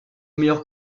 meilleur